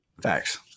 Facts